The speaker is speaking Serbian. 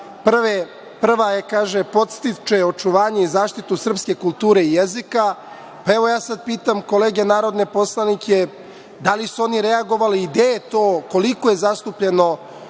prva, kaže, podstiče očuvanje i zaštitu srpske kulture i jezika. Sad pitam kolege narodne poslanike –da li su oni reagovali i gde je to, koliko je zastupljeno